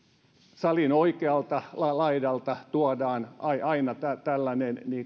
salin oikealta laidalta tuodaan aina tällainen